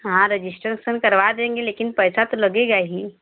हाँ रजिस्टरेसन करवा देंगे लेकिन पैसा तो लगेगा ही